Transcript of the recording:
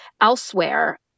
elsewhere